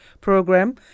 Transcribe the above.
program